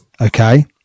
okay